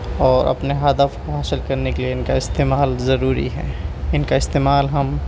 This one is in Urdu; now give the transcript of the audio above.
اور اپنے ہدف کو حاصل کرنے کے لیے ان کا استعمال ضروری ہے ان کا استعمال ہم